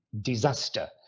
disaster